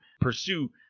pursue